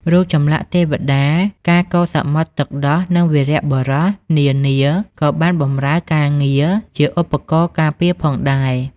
រូបចម្លាក់ទេវតា ការកូរសមុទ្រទឹកដោះ និងវីរបុរសនានាក៏បានបម្រើការងារជាឧបករណ៍ការពារផងដែរ។